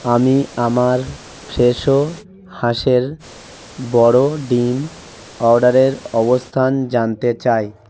আমি আমার ফ্রেশো হাঁসের বড়ো ডিম অর্ডারের অবস্থান জানতে চাই